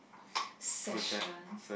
fashion